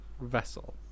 vessel